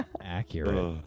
accurate